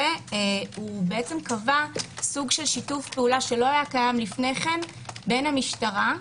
והוא קבע סוג של שיתוף פעולה שלא היה קיים לפני כן בין המשטרה,